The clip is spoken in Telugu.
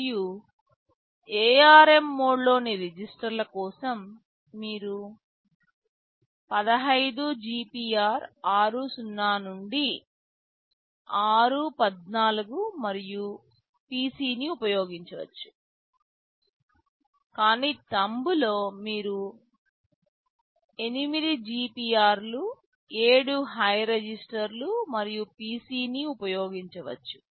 మరియు ARM మోడ్లోని రిజిస్టర్ల కోసం మీరు 15 GPR r0 ను r14 మరియు PC ని ఉపయోగించవచ్చు కానీ థంబ్లో మీరు 8 GPR లు 7 హై రిజిస్టర్లు మరియు PC ని ఉపయోగించవచ్చు